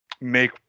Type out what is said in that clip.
make